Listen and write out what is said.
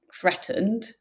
threatened